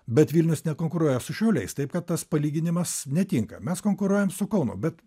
bet vilnius nekonkuruoja su šiauliais taip kad tas palyginimas netinka mes konkuruojam su kaunu bet